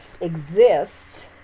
exists